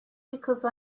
because